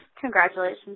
congratulations